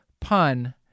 pun